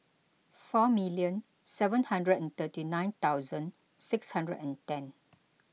four million seven hundred and thirty nine thousand six hundred and ten